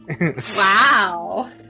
Wow